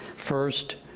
first,